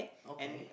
okay